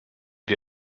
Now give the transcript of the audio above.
wir